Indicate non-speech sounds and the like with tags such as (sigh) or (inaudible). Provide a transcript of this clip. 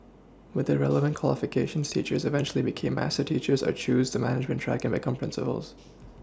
with the relevant qualifications teachers eventually became master teachers or choose the management track and become principals (noise)